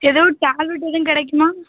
எதுவும் டேப்லட் எதுவும் கிடைக்குமா